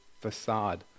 facade